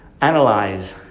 analyze